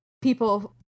people